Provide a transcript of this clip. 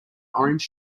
orange